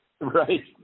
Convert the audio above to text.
right